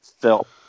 felt